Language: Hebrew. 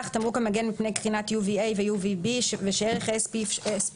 כהגדרתם בתקנה 24,"קרינת UVB" קרינת UV בתחום אורכי הגל שבין mm290